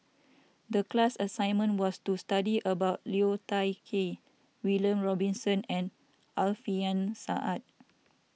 the class assignment was to study about Liu Thai Ker William Robinson and Alfian Sa'At